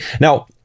Now